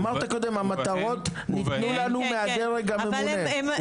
אמרת: המטרות ניתנו לנו מהדרג הממונה.